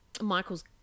Michael's